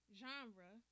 genre